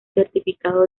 certificado